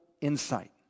insight